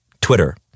Twitter